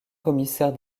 commissaire